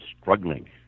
struggling